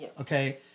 Okay